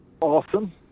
Awesome